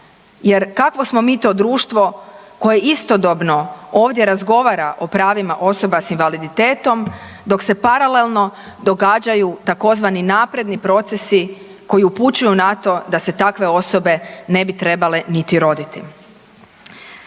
Jer kakvo smo mi to društvo koje istodobno ovdje razgovara o pravima osoba s invaliditetom dok se paralelno događaju tzv. napredni procesi koji upućuju na to da se takve osobe ne bi trebale niti roditi.